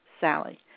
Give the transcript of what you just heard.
Sally